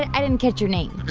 and i didn't catch your name